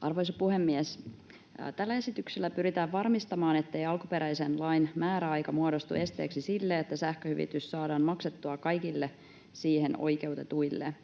Arvoisa puhemies! Tällä esityksellä pyritään varmistamaan, ettei alkuperäisen lain määräaika muodostu esteeksi sille, että sähköhyvitys saadaan maksettua kaikille siihen oikeutetuille.